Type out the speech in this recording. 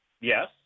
Yes